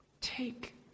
Take